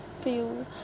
feel